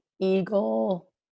eagle